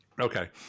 Okay